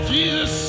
Jesus